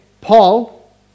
Paul